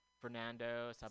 Fernando